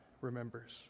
remembers